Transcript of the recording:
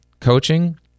coaching